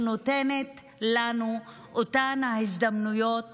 שנותנת לנו את אותן ההזדמנויות